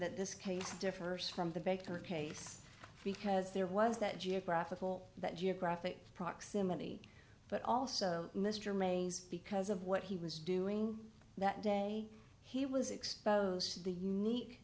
that this case differs from the vector case because there was that geographical that geographic proximity but also mr mays because of what he was doing that day he was exposed to the unique